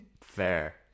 Fair